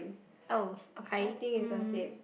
oh okay mm